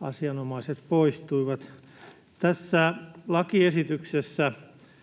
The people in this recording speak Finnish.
asianomaiset poistuivat. Tässä lakiesityksessä